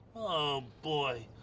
oh boy,